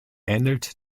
ähnelt